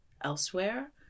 elsewhere